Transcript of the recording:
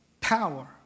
power